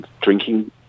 drinking